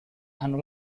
hanno